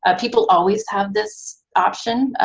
ah people always have this option.